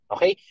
Okay